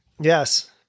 Yes